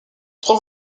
trois